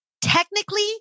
technically